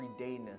everydayness